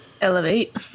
Elevate